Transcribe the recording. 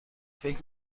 فکر